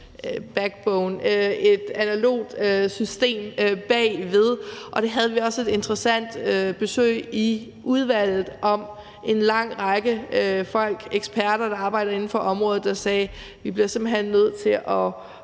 backbone, et analogt system bagved. Og vi havde også et interessant besøg i udvalget af en lang række folk, eksperter, der arbejder inden for området, der sagde, at vi simpelt hen bliver nødt til at